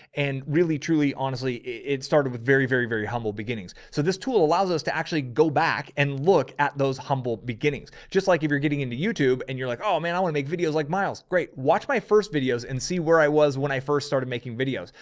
and really, truly, honestly, it started with very, very, very humble beginnings. so this tool allows us to actually go back and look at those humbled. beginnings. just like, if you're getting into youtube and you're like, oh man, i want to make videos like miles. great. watch my first videos and see where i was when i first started making videos.